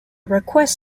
request